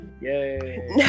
Yay